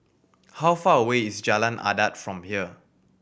how far away is Jalan Adat from here